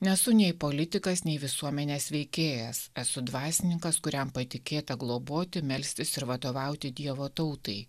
nesu nei politikas nei visuomenės veikėjas esu dvasininkas kuriam patikėta globoti melstis ir vadovauti dievo tautai